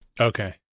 Okay